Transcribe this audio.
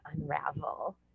unravel